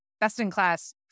best-in-class